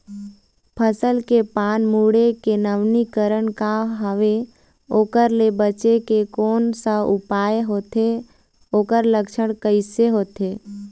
फसल के पान मुड़े के नवीनीकरण का हवे ओकर ले बचे के कोन सा उपाय होथे ओकर लक्षण कैसे होथे?